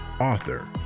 author